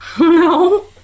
No